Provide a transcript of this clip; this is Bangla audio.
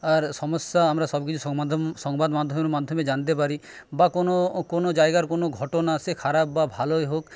আর সমস্যা আমরা সবকিছু সংবাদ মাধ্যমের মাধ্যমে জানতে পারি বা কোনো কোনো জায়গার কোনো ঘটনা সে খারাপ বা ভালোই হোক